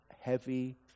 heavy